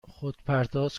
خودپرداز